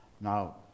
Now